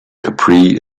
capri